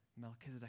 Melchizedek